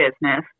business